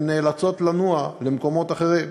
הם נאלצים לנוע למקומות אחרים,